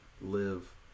live